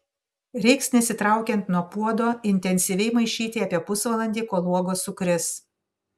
reiks nesitraukiant nuo puodo intensyviai maišyti apie pusvalandį kol uogos sukris